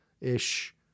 ish